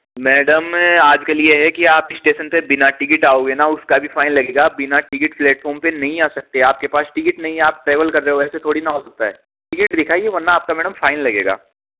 madam मैं आजकल यह है कि आप स्टेशन पर बिना टिकट आओगे न उसका भी फाइन लगेगा आप बिना टिकट प्लेटफार्म पर नहीं आ सकते आपके पास टिकट नहीं है आप ट्रैवल कर रहे हो ऐसे थोड़ी न हो सकता है टिकट दिखाइए वरना आपका मैडम फाइन लगेगा